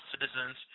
citizens